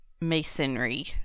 masonry